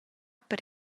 per